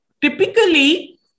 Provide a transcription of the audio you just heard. typically